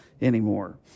anymore